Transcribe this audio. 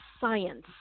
science